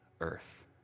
earth